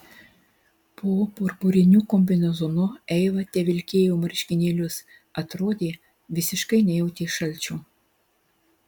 po purpuriniu kombinezonu eiva tevilkėjo marškinėlius atrodė visiškai nejautė šalčio